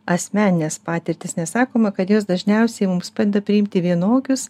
asmenines patirtis nes sakoma kad jos dažniausiai mums padeda priimti vienokius